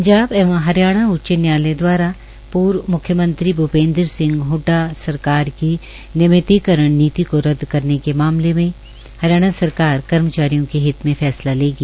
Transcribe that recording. पंजाब एवं हरियाणा उच्च न्यायालय द्वारा पूर्व म्ख्यमंत्री भ्रपेन्द्र सिह हडडा सरकार की नियमितकरण नीति को रद्द करने के मामले में हरियाणा सरकार कर्मचारियों के हित में फैसला लेगी